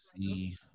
see